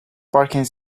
parking